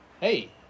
hey